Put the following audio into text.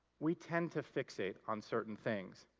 we tend to fixate on certain things.